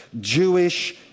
Jewish